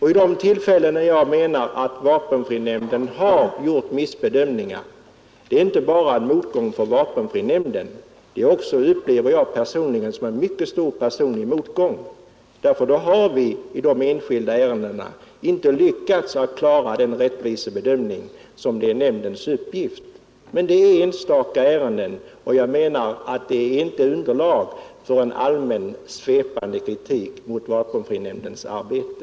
I de fall då vapenfrinämnden, som jag ser det, har gjort en missbedömning innebär det en motgång inte bara för vapenfrinämnden, utan det upplever jag också som en personlig motgång, ty då har vi i dessa ärenden inte lyckats klara den rättvisebedömning som det är nämndens uppgift att göra. Men det gäller alltså enstaka ärenden, och jag anser inte att dessa utgör underlag för en allmän, svepande kritik mot vapenfrinämndens arbete.